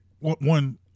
one